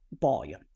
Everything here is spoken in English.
volume